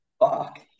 Fuck